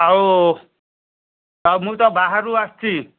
ଆଉ ମୁଁ ତ ବାହାରୁ ଆସିଛି